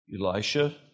Elisha